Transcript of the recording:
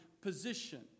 position